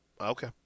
Okay